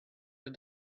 that